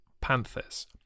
Panthers